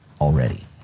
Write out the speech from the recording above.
already